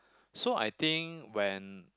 so I think when